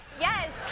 Yes